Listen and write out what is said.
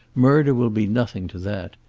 murder will be nothing, to that.